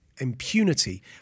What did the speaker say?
impunity